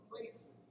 places